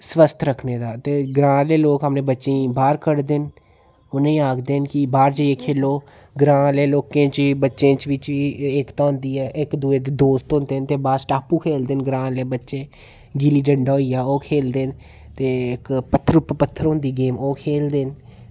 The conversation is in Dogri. स्वस्थ रक्खने ताईं ते ग्रांऽ दे लोक अपने बच्चे गी बाहर कढदे न उनेंगी आखदे न कि बाहर जाइयै खेलो ग्रांऽ दे लोकें च बच्चें च बी एह् चीज़ भांदी ऐ ते इक्क दूऐ दे दोस्त होंदे न ते किट्ठे खेल्लदे न जेल्लै ग्रांऽ दे बच्चे गुल्ली डंडा होइया ओह् खेल्लदे न ते इक्क ओह् होइया पत्थर पर होंदी गेम ओह् खेल्लदे न